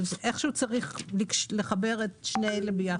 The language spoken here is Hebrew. איכשהו צריך לחבר את שני אלה ביחד.